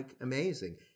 amazing